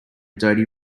dirty